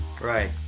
Right